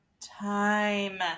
time